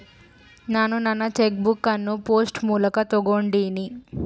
ನಾನು ನನ್ನ cheque book ಅನ್ನು ಪೋಸ್ಟ್ ಮೂಲಕ ತೊಗೊಂಡಿನಿ